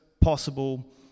possible